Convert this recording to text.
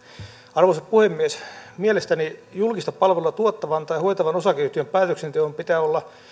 arvoisa puhemies mielestäni julkista palvelua tuottavan tai hoitavan osakeyhtiön päätöksenteon pitää olla